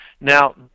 Now